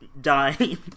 dying